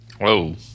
Whoa